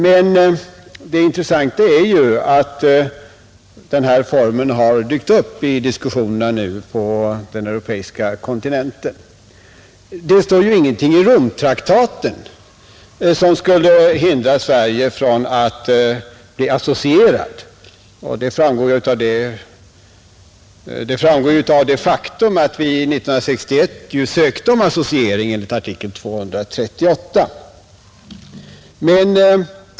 Men det intressanta är ju att denna form nu har dykt upp i diskussionerna på den europeiska kontinenten. Det står ingenting i Romtraktaten som skulle hindra Sverige från att bli associerat. Detta framgår ju av det faktum att vi 1961 ansökte om associering enligt artikel 238.